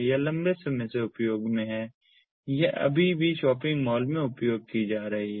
यह लंबे समय से उपयोग में है यह अभी भी शॉपिंग मॉल में उपयोग की जा रही है